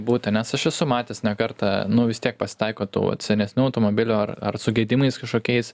būti nes aš esu matęs ne kartą nu vis tiek pasitaiko tų vat senesnių automobilių ar ar su gedimais kažkokiais